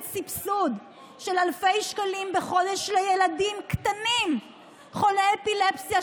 סבסוד של אלפי שקלים בחודש לילדים קטנים חולי אפילפסיה,